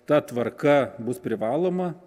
ta tvarka bus privaloma